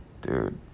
dude